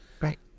right